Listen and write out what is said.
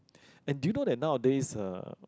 and do you know that nowadays uh